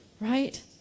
Right